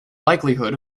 likelihood